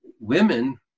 women